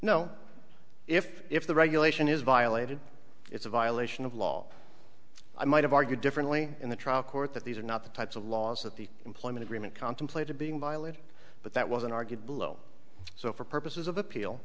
no if if the regulation is violated it's a violation of law i might have argued differently in the trial court that these are not the types of laws that the employment agreement contemplated being violated but that was an argued below so for purposes of